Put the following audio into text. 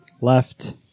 left